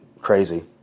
crazy